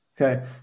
Okay